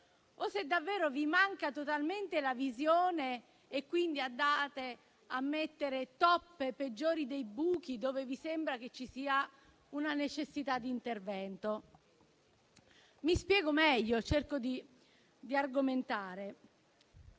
o se davvero vi manca totalmente la visione e quindi andate a mettere toppe peggiori dei buchi dove vi sembra che ci sia una necessità di intervento. Mi spiego meglio, cercando di argomentare.